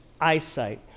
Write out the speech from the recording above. eyesight